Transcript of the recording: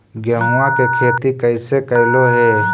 गेहूआ के खेती कैसे कैलहो हे?